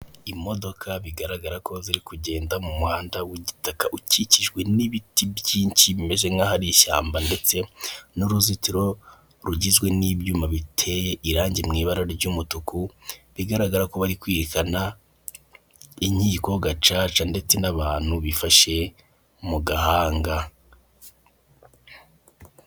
Imodoka bigaragara ko ziri kugenda mu muhanda wigitaka ukikijwe n'ibiti byinshi bimeze nk'aho ari ishyamba, ndetse n'uruzitiro rugizwe n'ibyuma biteye irangi mu ibara ry'umutuku, bigaragara ko bari kwerekana inkiko gacaca ndetse n'abantu bifashe mu gahanga.